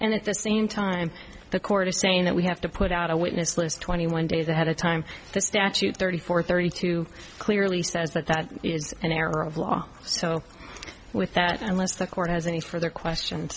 and at the same time the court is saying that we have to put out a witness list twenty one days ahead of time this thirty four thirty two clearly says that that is an error of law so with that unless the court has any further question